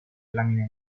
lamina